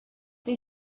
they